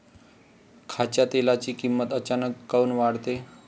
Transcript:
खाच्या तेलाची किमत अचानक काऊन वाढते?